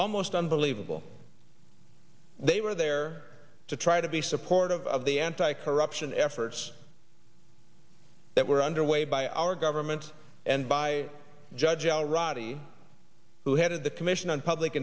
almost unbelievable they were there to try to be supportive of the anti corruption efforts that were underway by our government and by judge al roddie who headed the commission on public